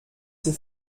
ses